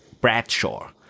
Bradshaw